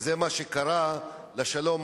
וזה מה שקרה לשלום,